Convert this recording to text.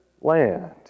land